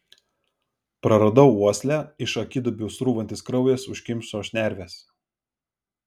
praradau uoslę iš akiduobių srūvantis kraujas užkimšo šnerves